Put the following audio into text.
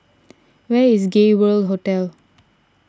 where is Gay World Hotel